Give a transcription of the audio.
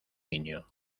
niño